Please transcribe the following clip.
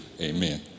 Amen